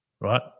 right